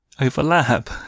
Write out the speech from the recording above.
overlap